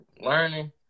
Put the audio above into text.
learning